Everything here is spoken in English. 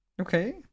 Okay